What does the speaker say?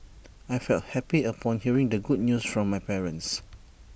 I felt happy upon hearing the good news from my parents